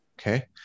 Okay